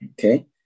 Okay